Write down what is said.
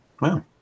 Wow